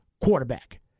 Quarterback